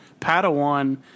padawan